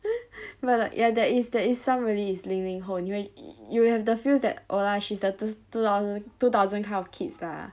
but like ya there is there is some really is 零零后你会 you you will have the feels that oh lah she's the two thousand two thousand kind of kids lah